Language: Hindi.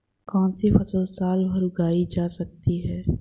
कौनसी फसल साल भर उगाई जा सकती है?